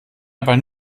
aber